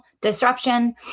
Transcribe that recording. disruption